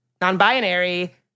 non-binary